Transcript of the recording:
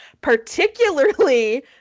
Particularly